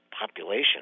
population